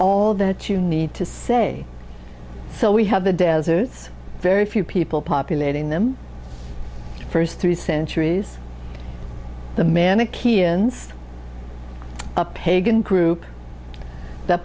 all that you need to say so we have the deserts very few people populating them the first three centuries the manichean a pagan group that